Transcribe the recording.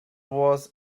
was